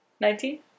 Nineteen